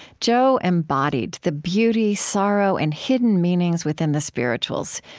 joe embodied the beauty, sorrow, and hidden meanings within the spirituals,